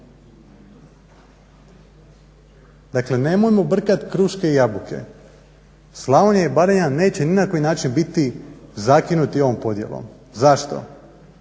Dakle nemojmo brkat kruške i jabuke. Slavonija i Baranja neće ni na koji način biti zakinuti ovom podjelom. Zašto?